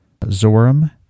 Zoram